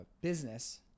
business